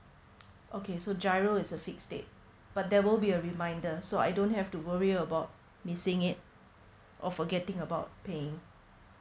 okay so giro is a fixed date but there will be a reminder so I don't have to worry about missing it or forgetting about paying